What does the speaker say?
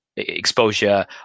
exposure